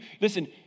listen